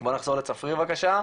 בוא נחזור לצפריר בבקשה.